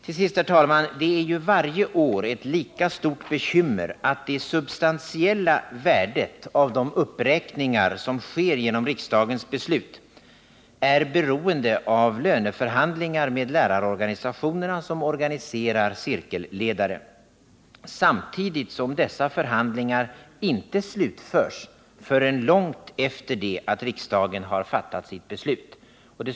Till sist, herr talman! Det är varje år ett lika stort bekymmer att det substantiella värdet av de uppräkningar som sker genom riksdagens beslut är beroende av löneförhandlingarna med lärarorganisationerna, som organiserar cirkelledare, samtidigt som dessa förhandlingar inte slutförs förrän långt efter det att riksdagen har fattat sitt beslut.